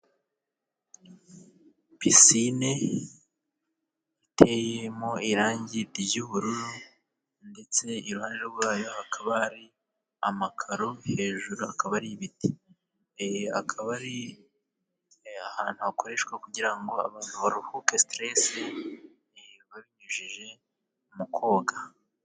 Pisine iteyemo irangi ry'ubururu， ndetse iruhande rwayo hakaba hari amakaro， hejuru akaba ari ibiti. Akaba ari ahantu hakoreshwa， kugira ngo abantu baruhuke siteresi，babinyujije mu koga.